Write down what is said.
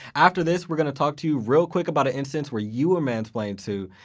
after this, we're gonna talk to you real quick about an instance where you were mansplained to.